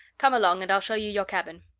come along, and i'll show you your cabin.